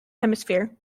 hemisphere